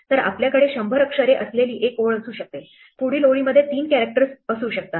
तर आपल्याकडे 100 अक्षरे असलेली एक ओळ असू शकते पुढील ओळीमध्ये 3 कॅरेक्टर्स असू शकतात